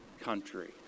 country